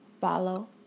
Follow